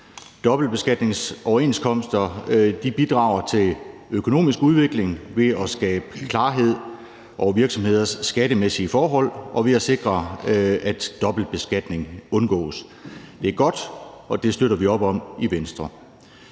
Dobbeltbeskatningsoverenskomster bidrager til økonomisk udvikling ved at skabe klarhed over virksomheders skattemæssige forhold og ved at sikre, at dobbeltbeskatning undgås. Det er godt, og det støtter vi op om i Venstre.